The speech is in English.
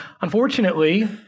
unfortunately